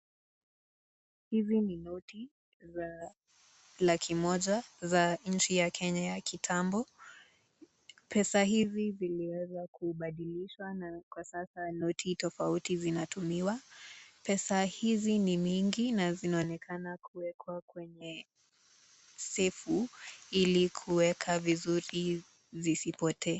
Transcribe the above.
Hizi ni noti, za laki moja za nchi ya kenya ya kitambo, pesa hizi zimeweza kubadilishwa na sasa noti tofauti zinatyumiwa, pesa hizi ni mingi na zinaonekana zikiwekwa kwenye sefu ili kuweka vizuri zizipote.